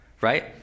right